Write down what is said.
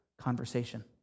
conversation